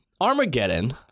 Armageddon